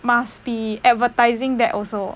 must be advertising that also